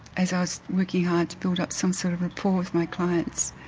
as i was working hard to build up some sort of report with my clients.